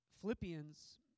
Philippians